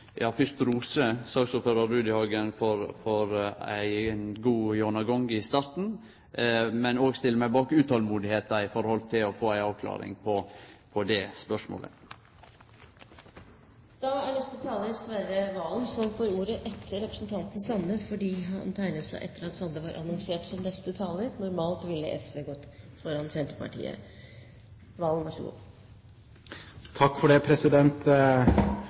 meg bak eit utolmod med omsyn til å få ei avklaring på dette spørsmålet. Neste taler er Snorre Serigstad Valen. Representanten Valen får ordet etter representanten Sande, fordi han tegnet seg på talerlisten etter at Sande var annonsert som neste taler. Normalt ville SV gått foran Senterpartiet her. Jeg må innrømme at Senterpartiet og SV er ganske jevnstore, så det er ikke knyttet noe stort ego til talerrekkefølgen for